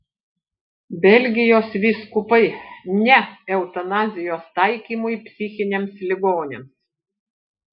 belgijos vyskupai ne eutanazijos taikymui psichiniams ligoniams